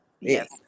Yes